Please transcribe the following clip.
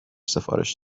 سفارش